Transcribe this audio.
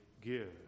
give